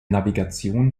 navigation